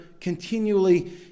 continually